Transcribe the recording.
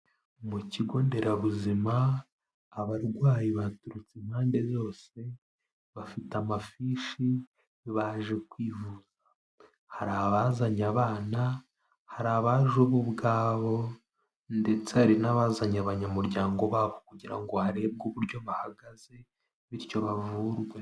Mu kigo nderabuzima abarwayi baturutse impande zose, bafite amafishi baje kwivuza, hari abazanye abana, hari abaje bo ubwabo ndetse hari n'abazanye abanyamuryango babo kugira ngo harebwe uburyo bahagaze bityo bavurwe.